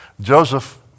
Joseph